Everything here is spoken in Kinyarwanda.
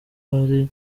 hari